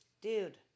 Dude